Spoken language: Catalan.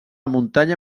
muntanya